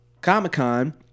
Comic-Con